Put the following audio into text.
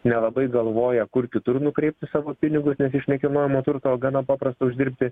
nelabai galvoja kur kitur nukreipti savo pinigus nes iš nekilnojamo turto gana paprasta uždirbi